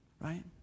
right